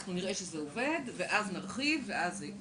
אנחנו נראה שזה עובד ואז נרחיב ואז זה.